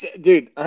dude